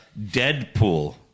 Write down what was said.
Deadpool